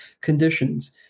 conditions